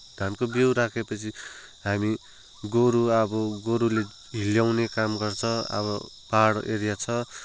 धानको बिउँ राखेपछि हामी गोरु अब गोरुले ल्याउने काम गर्छ अब पाहाड एरिया छ